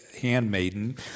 handmaiden